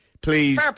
Please